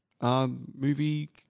movie